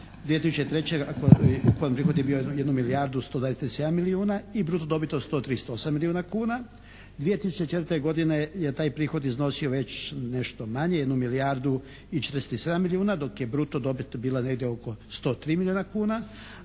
2003. u kojoj prihod je bio 1 milijardu 127 milijuna i bruto dobit od 138 milijuna kuna, 2004. godine je taj prihod iznosio veće nešto manje 1 milijardu i 47 milijuna dok je bruto dobit bila negdje oko 103 milijuna kuna,